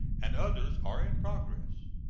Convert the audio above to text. and others are in progress.